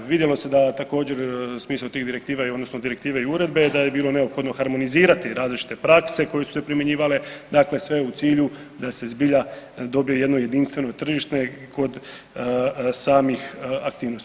Vidjelo se da također smisao tih direktiva odnosno direktive i uredbe da je bilo neophodno harmonizirati različite prakse koje su se primjenjivale, dakle sve u cilju da se zbilja dobije jedno jedinstveno tržište kod samih aktivnosti.